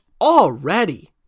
already